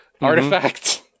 artifact